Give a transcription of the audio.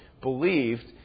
believed